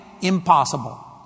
impossible